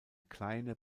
kleine